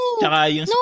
No